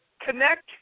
connect